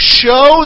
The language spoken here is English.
show